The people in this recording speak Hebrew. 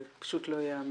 זה פשוט לא יאמן.